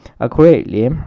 accurately